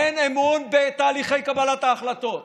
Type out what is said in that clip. אין אמון בתהליכי קבלת ההחלטות,